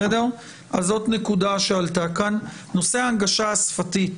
נושא ההנגשה השפתית.